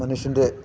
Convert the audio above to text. മനുഷ്യൻ്റെ